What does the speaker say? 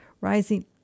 rising